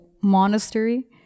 monastery